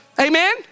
Amen